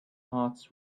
hearts